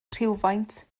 rhywfaint